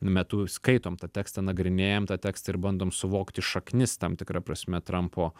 metu skaitom tą tekstą nagrinėjam tą tekstą ir bandom suvokti šaknis tam tikra prasme trampo